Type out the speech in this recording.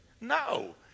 No